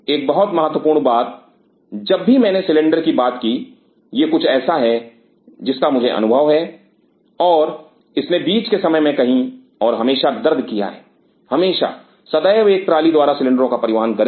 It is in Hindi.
एक और महत्वपूर्ण बात जब भी मैंने सिलेंडर की बात की यह कुछ ऐसा है जिसका मुझे अनुभव है और इसने बीच के समय में कहीं और हमेशा दर्द किया है हमेशा सदैव एक ट्राली द्वारा सिलेंडरों का परिवहन करें